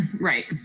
Right